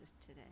today